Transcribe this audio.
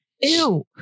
Ew